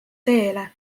teele